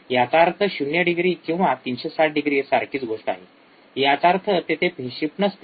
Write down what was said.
याचा अर्थ ० डिग्री किंवा ३६० डिग्री सारखीच गोष्ट आहे याचा अर्थ तेथे फेज शिफ्ट नसते